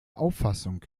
auffassung